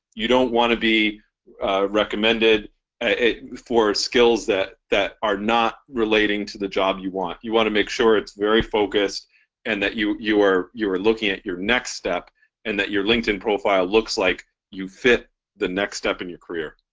you don't want to be recommended for skills that that are not relating to the job you want, you want to make sure it's very focused and that you you are you are looking at your next step and that your linkedin profile looks like you fit the next step in your career.